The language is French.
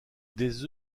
des